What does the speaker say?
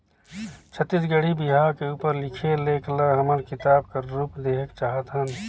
छत्तीसगढ़ी बिहाव के उपर लिखे लेख ल हमन किताब कर रूप देहेक चाहत हन